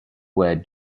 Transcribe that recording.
were